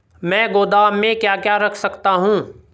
मैं गोदाम में क्या क्या रख सकता हूँ?